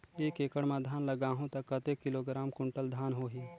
एक एकड़ मां धान लगाहु ता कतेक किलोग्राम कुंटल धान होही?